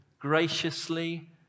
graciously